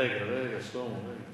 רגע, רגע, שלמה, רגע.